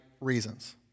reasons